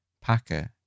Packer